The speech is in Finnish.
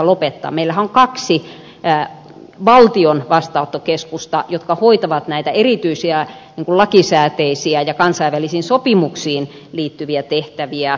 meillähän on kaksi valtion vastaanottokeskusta jotka hoitavat näitä erityisiä lakisääteisiä ja kansainvälisiin sopimuksiin liittyviä tehtäviä